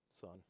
son